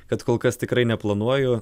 kad kol kas tikrai neplanuoju